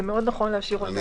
זה נכון להשאירה.